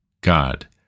God